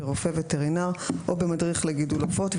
ברופא וטרינר או במדריך לגידול עופות,